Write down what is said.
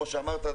כמו שאמרת,